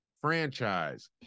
Franchise